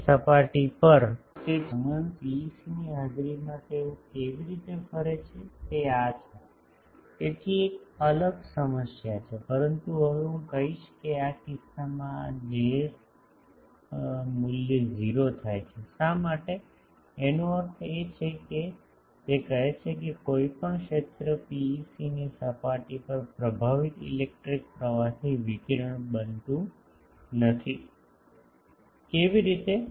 ની સપાટી પર પ્રભાવિત ઇલેક્ટ્રિક પ્રવાહથી વિકિરણ બનતું નથી કેવી રીતે